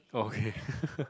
okay